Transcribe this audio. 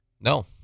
No